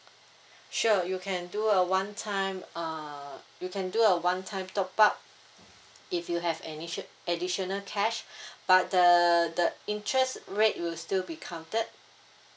sure you can do a one time uh you can do a one time top up if you have anitio~ additional cash but the the interest rate will still be counted